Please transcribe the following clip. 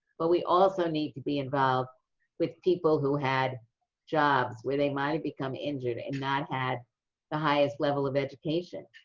but we also need to be involved with people who had jobs, where they might have become injured and not had the highest level of education.